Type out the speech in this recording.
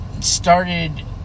started